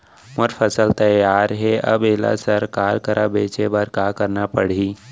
मोर फसल तैयार हे अब येला सरकार करा बेचे बर का करना पड़ही?